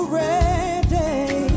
ready